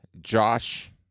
Josh